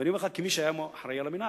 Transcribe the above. ואני אומר לך כמי שהיה אחראי על המינהל,